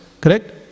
Correct